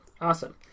awesome